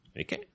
Okay